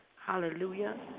hallelujah